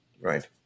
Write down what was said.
right